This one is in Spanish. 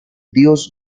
dios